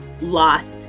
lost